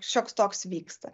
šioks toks vyksta